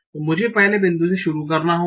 तो मुझे पहले बिंदु से शुरू करना होगा